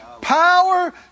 Power